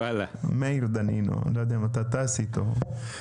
מאיר דנינו לא יודע אם אתה טס איתו.